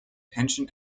pension